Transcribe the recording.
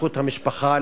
זכות המשפחה,